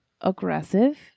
Aggressive